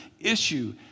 issue